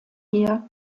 hier